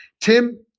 Tim